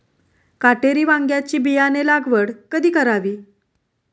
काटेरी वांग्याची बियाणे लागवड कधी करावी?